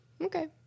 okay